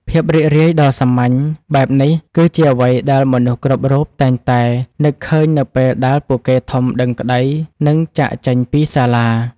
ភាពរីករាយដ៏សាមញ្ញបែបនេះគឺជាអ្វីដែលមនុស្សគ្រប់រូបតែងតែនឹកឃើញនៅពេលដែលពួកគេធំដឹងក្តីនិងចាកចេញពីសាលា។